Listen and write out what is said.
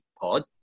Pod